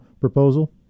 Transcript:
proposal